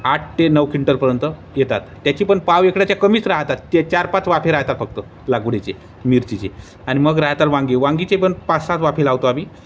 आठ ते नऊ क्विंटलपर्यंत येतात त्याची पण पाव एकड्याच्या कमीच राहतात ते चार पाच वाफे राहतात फक्त लागवडीचे मिरचीचे आणि मग राहतात वांगी वांगीचे पण पाच सात वाफे लावतो आम्ही